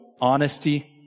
honesty